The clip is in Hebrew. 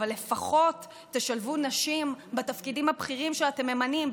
אבל לפחות תשלבו נשים בתפקידים הבכירים שאתם ממנים,